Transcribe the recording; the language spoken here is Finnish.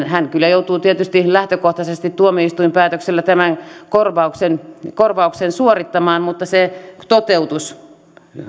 hän kyllä joutuu tietysti lähtökohtaisesti tuomioistuinpäätöksellä tämän korvauksen korvauksen suorittamaan mutta se toteutus